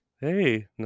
Hey